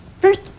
First